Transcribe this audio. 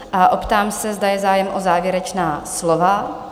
A optám se, zda je zájem o závěrečná slova?